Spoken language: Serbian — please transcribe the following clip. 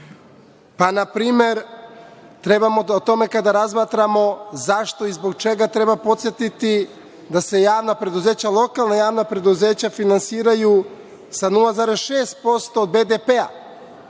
Pa, na primer, kada razmatramo zašto i zbog čega, treba podsetiti da se javna preduzeća, lokalna javna preduzeća finansiraju sa 0,6% BDP-a,